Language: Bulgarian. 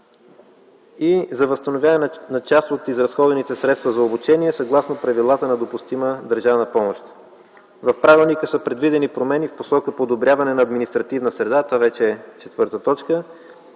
за възстановяване на част от изразходените средства за обучение съгласно правилата на допустима държавна помощ. Четвърто, в правилника са предвидени промени в посока подобряване на административната среда чрез въвеждане на